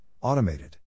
automated